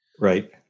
Right